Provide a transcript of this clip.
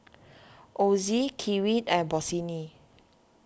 Ozi Kiwi and Bossini